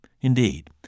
Indeed